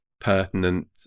Pertinent